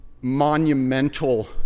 monumental